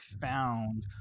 found